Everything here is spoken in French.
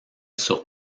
sur